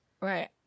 Right